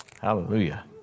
Hallelujah